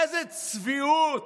איזו צביעות.